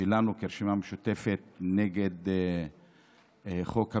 שלנו כרשימה משותפת נגד חוק הפיזור,